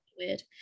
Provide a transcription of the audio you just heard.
weird